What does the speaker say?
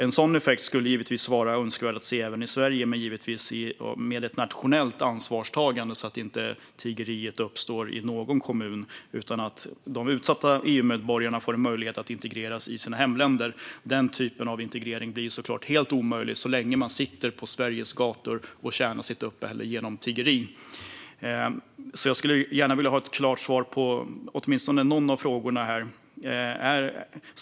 En sådan effekt skulle givetvis vara önskvärd även i Sverige, men givetvis med ett nationellt ansvarstagande, så att inte tiggeri uppstår i någon kommun, utan att de utsatta EU-medborgarna får en möjlighet att integreras i sina hemländer. Den typen av integrering blir helt omöjlig så länge de sitter på Sveriges gator och tjänar sitt uppehälle genom tiggeri. Jag skulle gärna vilja ha ett svar på åtminstone någon av frågorna här.